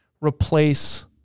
replace